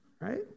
Right